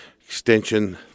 extension